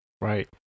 right